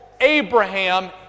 Abraham